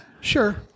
Sure